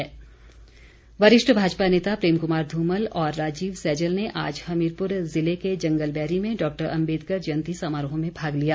धुमल वरिष्ठ भाजपा नेता प्रेम कुमार ध्रमल और राजीव सैजल ने आज हमीरपुर जिले के जंगलबैरी में डॉक्टर अम्बेदकर जयंती समारोह में भाग लिया